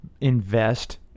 invest